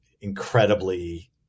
incredibly